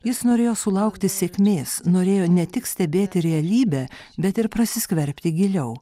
jis norėjo sulaukti sėkmės norėjo ne tik stebėti realybę bet ir prasiskverbti giliau